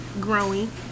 Growing